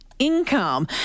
Income